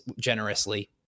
generously